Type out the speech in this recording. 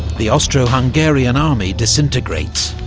the austro-hungarian army disintegrates,